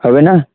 হবে না